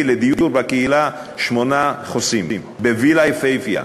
לדיור בקהילה שמונה חוסים בווילה יפהפייה,